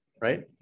right